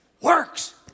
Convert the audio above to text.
works